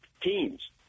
teams